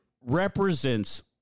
represents